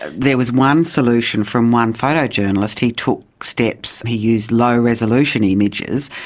there was one solution from one photo journalist, he took steps, he used low resolution images,